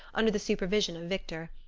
under the supervision of victor.